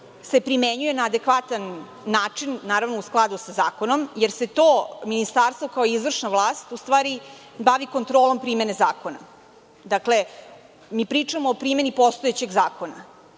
primenjuje na adekvatan način, naravno u skladu sa zakonom, jer se to ministarstvo kao izvršna vlast u stvari bavi kontrolom primene zakona. Dakle, mi pričamo o primeni postojećeg zakona